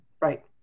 Right